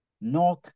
north